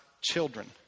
children